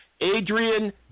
Adrian